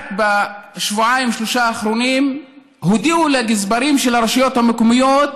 רק בשבועיים-שלושה האחרונים הודיעו לגזברים של הרשויות המקומיות